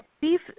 beef